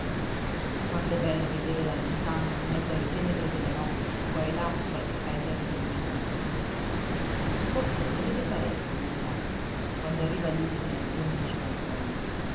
quant'è bello vedere da lontano in mezzo alle tenebre della notte qua e là qualche paesello illuminato quaquèo ne vede parecchi ogni notte quando arriva agli ultimi lampioni in cima al colle